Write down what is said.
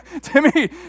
Timmy